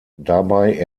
dabei